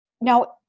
Now